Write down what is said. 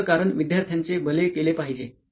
फक्त कारण विद्यार्थ्याचे भले केले पाहिजे